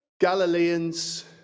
galileans